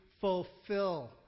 fulfill